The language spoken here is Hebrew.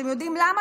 אתם יודעים למה?